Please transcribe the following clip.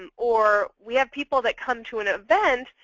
and or we have people that come to an event,